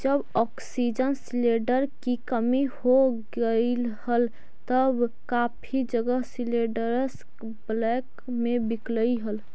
जब oxygen cylinder की कमी हो गईल हल तब काफी जगह सिलेंडरस ब्लैक में बिकलई हल